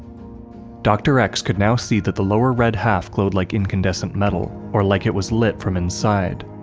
dr. x could now see that the lower red half glowed like incandescent metal, or like it was lit from inside.